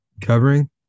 covering